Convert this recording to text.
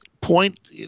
point